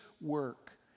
work